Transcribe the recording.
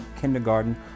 kindergarten